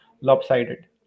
lopsided